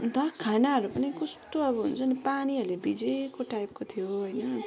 अन्त खानाहरू पनि कस्तो अब हुन्छ नि पानीहरूले भिजेको टाइपको थियो होइन